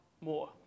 more